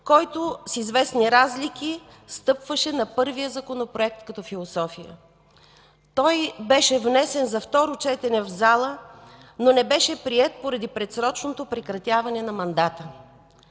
който с известни разлики стъпваше на първия законопроект като философия. Той беше внесен за второ четене в залата, но не беше приет поради предсрочното прекратяване на мандата.